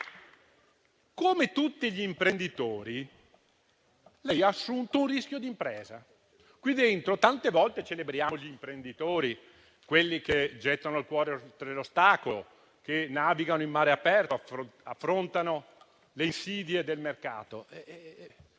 Come tutti gli imprenditori, ha assunto un rischio d'impresa. Qui dentro tante volte celebriamo gli imprenditori, quelli che gettano il cuore oltre l'ostacolo, navigano in mare aperto e affrontano le insidie del mercato.